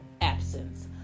absence